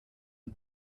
die